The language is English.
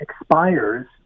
expires